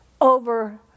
over